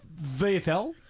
VFL